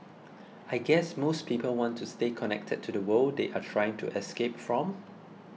I guess most people want to stay connected to the world they are trying to escape from